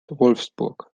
wolfsburg